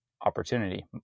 opportunity